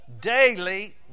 daily